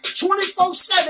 24-7